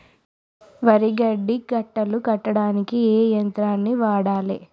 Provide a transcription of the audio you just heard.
వరి గడ్డి కట్టలు కట్టడానికి ఏ యంత్రాన్ని వాడాలే?